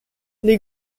les